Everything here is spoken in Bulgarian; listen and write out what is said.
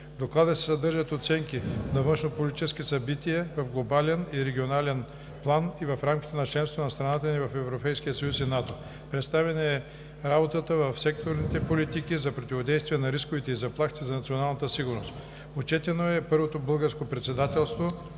Доклада се съдържат оценки на външнополитически събития в глобален и регионален план и в рамките на членството на страната в Европейския съюз и в НАТО. Представена е работата в секторните политики за противодействие на рисковете и заплахите за националната сигурност. Отчетено е първото Българско председателство